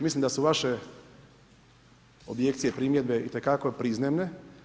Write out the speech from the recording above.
Mislim da su vaše objekcije i primjedbe itekako prizemne.